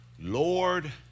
Lord